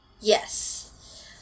Yes